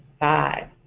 five,